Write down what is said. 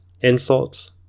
insults